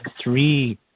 three